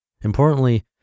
Importantly